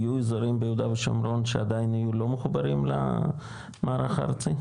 יהיו אזורים ביהודה ושומרון שעדיין יהיו לא מחוברים למערך הארצי?